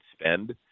spend